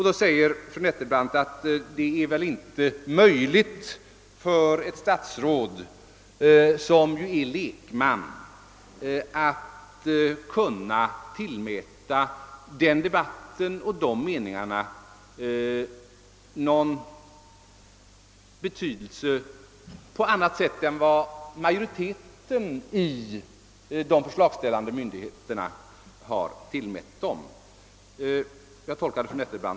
Fru Nettelbrandt gör emellertid gällande att ett statsråd, som ju är lekman på området i fråga, inte kan bedöma de meningar som framförts och den debatt som förekommit på annat sätt än vad majoriteten av de förslagsställande myndigheterna gjort; jag tolkade fru Nettelbrandts resonemang på detta sätt.